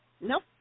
Nope